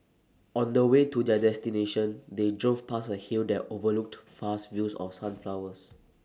on the way to their destination they drove past A hill that overlooked vast fields of sunflowers